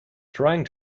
trying